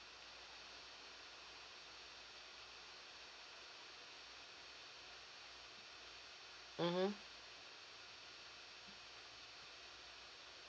mmhmm